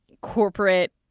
corporate